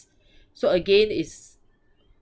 so again it's